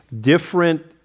different